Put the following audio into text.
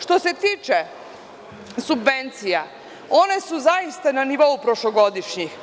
Što se tiče subvencija, one su zaista na nivou prošlogodišnjih.